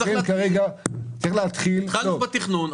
התחלנו בתכנון,